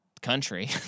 country